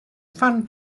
fan